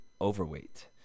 overweight